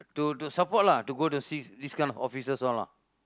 to to support lah to go to see this kind of officers all lah